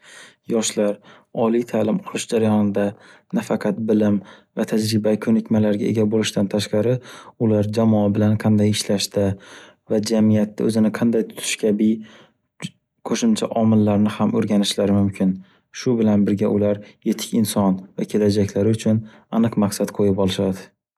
Yoshlar oliy ta'lim olish jarayonida nafaqat bilim va tajriba ko'nikmalarga ega bo'lishdan tashqari, ular jamoa bilan qanday ishlashda va jamiyatda o'zini qanday tutish kabi ju- qo'shimcha omillarni ham o'rganishlari mumkin. Shu bilan birga ular yetuk inson va kelajaklari uchun aniq maqsad qo'yib olishadi.